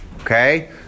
Okay